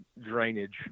drainage